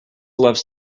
loves